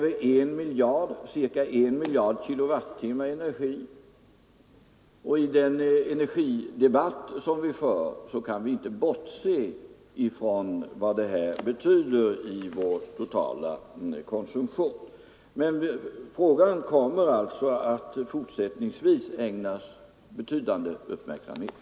Ett sådant verk kräver ca 1 miljard kilowattimmar i energi, och i den energidebatt vi för kan vi inte bortse från vad det betyder i vår totala konsumtion. Men frågan kommer alltså att fortsättningsvis ägnas betydande uppmärksamhet.